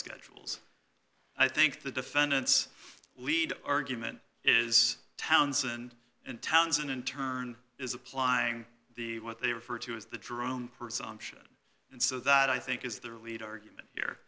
schedules i think the defendant's lead argument is townsend and townsend in turn is applying the what they refer to as the drone presumption and so that i think is their lead argument here